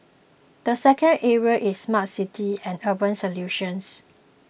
the second area is smart cities and urban solutions